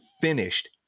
finished